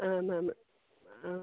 ആന്ന് ആന്ന് ആ